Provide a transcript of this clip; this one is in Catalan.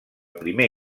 primer